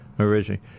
Originally